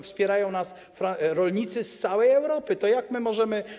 Wspierają nas rolnicy z całej Europy, to jak my możemy.